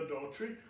adultery